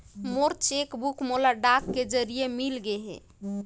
मोर cheque book मोला डाक के जरिए मिलगे हे